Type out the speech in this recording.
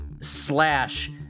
slash